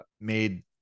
made